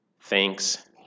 Thanks